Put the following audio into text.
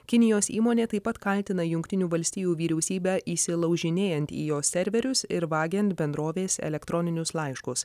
kinijos įmonė taip pat kaltina jungtinių valstijų vyriausybę įsilaužinėjant į jos serverius ir vagiant bendrovės elektroninius laiškus